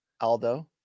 Aldo